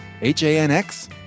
H-A-N-X